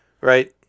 Right